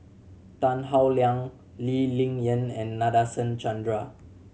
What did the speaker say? Tan Howe Liang Lee Ling Yen and Nadasen Chandra